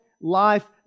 life